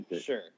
Sure